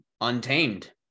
untamed